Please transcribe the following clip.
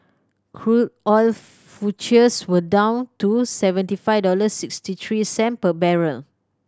crude oil were down to seventy five dollars sixty three cent per barrel